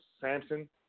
Samson